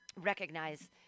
recognize